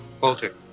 Walter